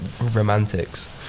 romantics